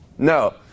No